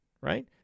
right